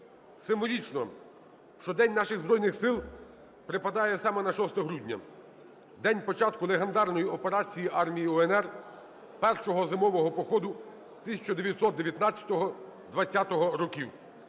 Символічно, що День наших Збройних Сил припадає саме на 6 грудня – день початку легендарної операції Армії УНР, Першого зимового походу 1919-1920 років.